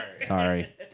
Sorry